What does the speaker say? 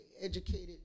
educated